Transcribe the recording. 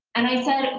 and i said, and